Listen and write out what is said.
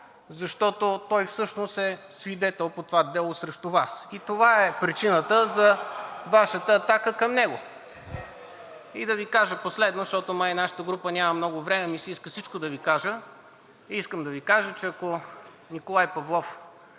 защото той всъщност е свидетел по това дело срещу Вас и това е причината за Вашата атака към него. И да Ви кажа последно, защото май нашата група няма много време, а ми се иска всичко да Ви кажа и искам да Ви кажа, че ако Николай Павлов